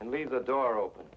and leaves the door open